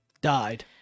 died